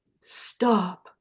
stop